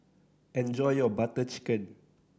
enjoy your Butter Chicken